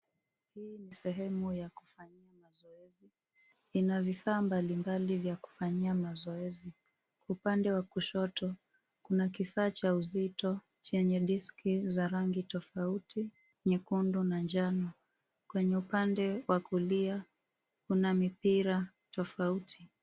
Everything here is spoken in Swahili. Hii ni sehemu ya kufanyia mazoezi. Ina vifaa mbalimbali vya kufanyia mazoezi. Upande wa kushoto kuna kifaa cha uzito chenye disk za rangi tofauti, nyekundu na njano. Kwenye upande wa kulia kuna mipira tofauti.